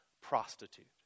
prostitute